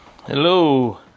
Hello